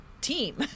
team